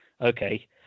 Okay